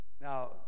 Now